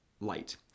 light